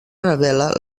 revela